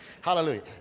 Hallelujah